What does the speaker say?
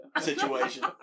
situation